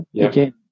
again